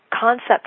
concept